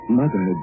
mother